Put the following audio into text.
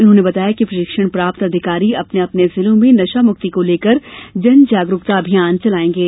उन्होंने बताया कि प्रशिक्षण प्राप्त अधिकारी अपने अपने जिलों में नशामुक्ति को लेकर जन जागरुकता अभियान चलायेंगे